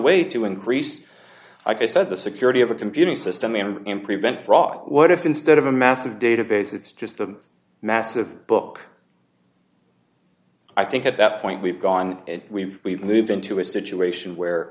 way to increase like i said the security of a computer system and prevent fraud what if instead of a massive database it's just a massive book i think at that point we've gone and we we've moved into a situation where